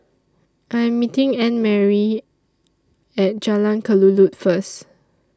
I Am meeting Annmarie At Jalan Kelulut First